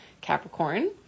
Capricorn